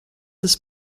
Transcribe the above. des